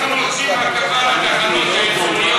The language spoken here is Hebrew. אני אומר, אנחנו רוצים, התחנות האזוריות,